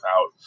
out